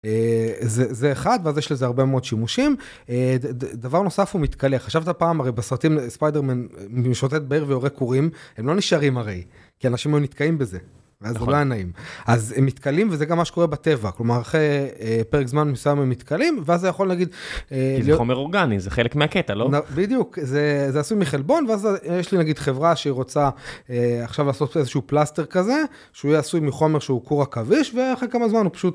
זה... זה... זה אחד, ואז יש לזה הרבה מאוד שימושים. אה... ד... דבר נוסף הוא מתכלה - חשבת פעם, הרי בסרטים ספיידרמן משוטט בעיר ויורה קורים, הם לא נשארים הרי, כי אנשים היו נתקעים בזה, ואז זה לא היה נעים. נכון. אז הם מתכלים, וזה גם מה שקורה בטבע, כלומר אחרי פרק זמן מסוים הם מתכלים ואז הוא יכול להגיד, אה... זה חומר אורגני, זה חלק מהקטע, לא? בדיוק! זה... זה עשוי מחלבון, ואז יש לי נגיד חברה שהיא רוצה אה... עכשיו לעשות איזה שהוא פלסטר כזה, שהוא יהיה עשוי מחומר שהוא קור עכביש, ואחרי כמה זמן הוא פשוט...